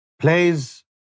plays